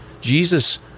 Jesus